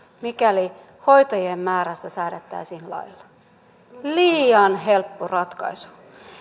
mikäli hoitajien määrästä säädettäisiin lailla liian helppo ratkaisu